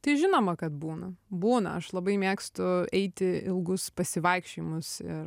tai žinoma kad būna būna aš labai mėgstu eiti ilgus pasivaikščiojimus ir